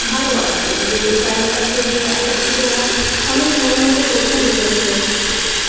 ভালবাসতেন যে চারিপাশে যে এতো কিছু ওঁর অনেক মনের মধ্যে প্রশ্ন জেগেছিলো